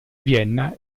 vienna